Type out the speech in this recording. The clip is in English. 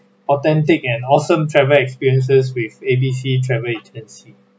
authentic and awesome travel experiences with A B C travel agency